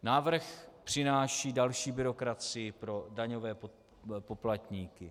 Návrh přináší další byrokracii pro daňové poplatníky.